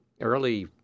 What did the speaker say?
early